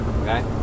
okay